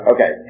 Okay